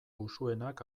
usuenak